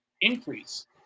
increase